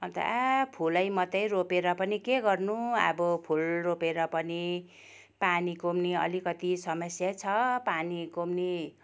अन्त आ फुलै मात्रै रोपेर पनि के गर्नु अब फुल रोपेर पनि पानीको पनि अलिकति समस्यै छ पानीको पनि